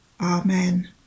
Amen